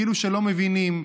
כאילו שלא מבינים,